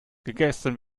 gegessen